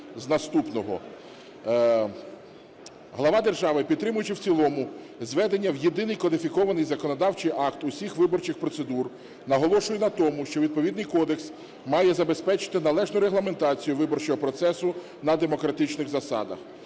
з наступного. Глава держави, підтримуючи в цілому зведення в єдиний кодифікований законодавчий акт усіх виборчих процедур, наголошує на тому, що відповідний кодекс має забезпечити належну регламентацію виборчого процесу на демократичних засадах.